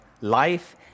life